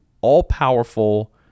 all-powerful